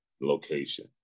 location